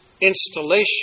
installation